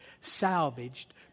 salvaged